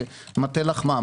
שזה מטה לחמם.